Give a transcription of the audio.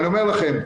ואני אומר לכם,